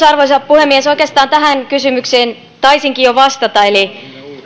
arvoisa puhemies oikeastaan tähän kysymykseen taisinkin jo vastata eli